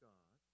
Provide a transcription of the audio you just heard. God